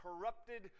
corrupted